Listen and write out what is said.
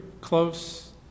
close